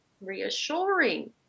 reassuring